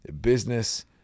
business